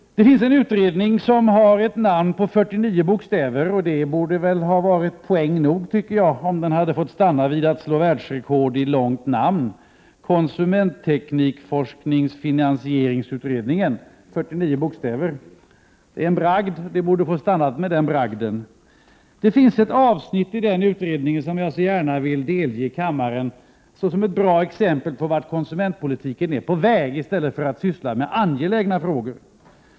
Det finns en utredning vars namn består av ett ord med 49 bokstäver: konsumentteknikforskningsfinansieringsutredningen. Det hade väl varit en tillräcklig poäng, om det hade stannat vid ett världsrekord på den punkten. Det hade räckt med den bragden. Det finns ett avsnitt i den utredningens betänkande vilket jag gärna vill delge kammaren som ett bra exempel på vart konsumentpolitiken är på väg i stället för att syssla med angelägna frågor.